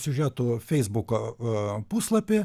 siužetų feisbuko o puslapį